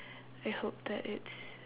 I hope that it's